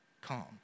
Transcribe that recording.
calm